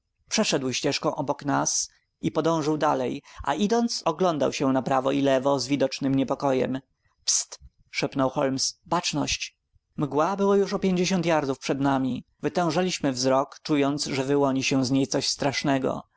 przeszedł ścieżką obok nas i podążył dalej a idąc oglądał się na prawo i lewo z widocznym niepokojem pst szepnął holmes baczność mgła była już o pięćdziesiąt yardów przed nami wytężaliśmy wzrok czując że wyłoni się z niej coś strasznego